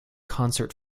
concert